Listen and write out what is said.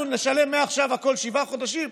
אנחנו נשלם מעכשיו הכול שבעה חודשים,